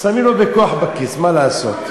שמים לו בכוח בכיס, מה לעשות,